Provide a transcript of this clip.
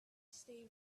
stay